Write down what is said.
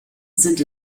sind